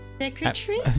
secretary